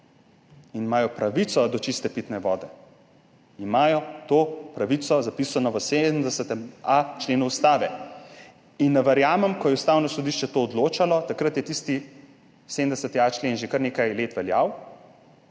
in imajo pravico do čiste pitne vode. Imajo to pravico zapisano v 70.a členu Ustave. Ne verjamem, ko je Ustavno sodišče to odločalo, takrat je tisti 70.a člen že kar nekaj let veljal,